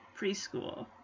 Preschool